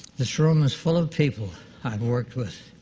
this room is full of people i've worked with,